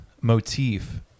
motif